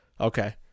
Okay